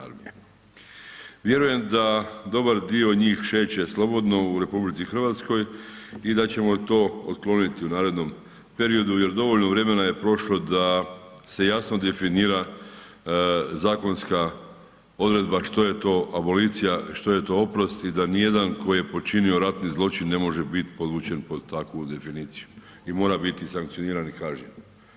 Vjerujem da dobar dio njih šeće slobodno u RH i da ćemo to otkloniti u narednom periodu jer dovoljno vremena je prolo da se jasno definira zakonska odredba što je to abolicija, što je to oprost i da nijedan koji je počinio ratni zločin ne može biti polučen pod takvu definiciju i mora biti sankcioniran i kažnjen.